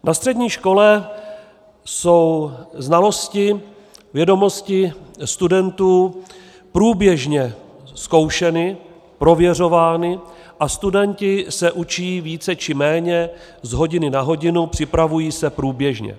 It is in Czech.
Na střední škole jsou znalosti, vědomosti studentů průběžně zkoušeny, prověřovány a studenti se učí více či méně z hodiny na hodinu, připravují se průběžně.